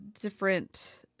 different